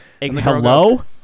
Hello